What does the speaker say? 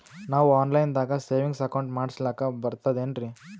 ನಾವು online ದಾಗ savings account ಮಾಡಸ್ಲಾಕ ಬರ್ತದೇನ್ರಿ?